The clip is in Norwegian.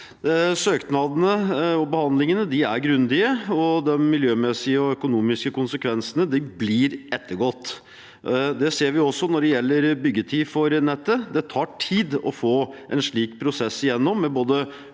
utbygging av sentralnettet grundige, og de miljømessige og økonomiske konsekvensene blir ettergått. Det ser vi også når det gjelder byggetid for nettet. Det tar tid å få en slik prosess gjennom.